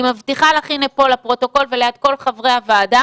אני מבטיחה לך לפרוטוקול וליד כל חברי הוועדה